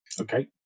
okay